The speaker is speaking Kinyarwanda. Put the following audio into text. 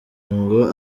ngo